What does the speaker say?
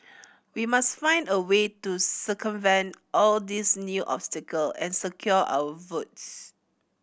we must find a way to circumvent all these new obstacle and secure our votes